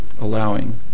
Allowing